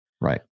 Right